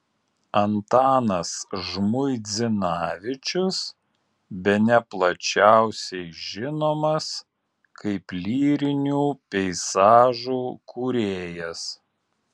antanas žmuidzinavičius bene plačiausiai žinomas kaip lyrinių peizažų kūrėjas